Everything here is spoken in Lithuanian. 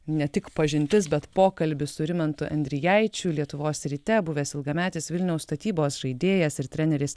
ne tik pažintis bet pokalbis su rimantu endrijaičiu lietuvos ryte buvęs ilgametis vilniaus statybos žaidėjas ir treneris